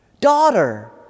Daughter